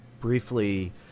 briefly